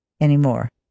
anymore